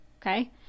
okay